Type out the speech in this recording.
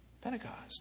Pentecost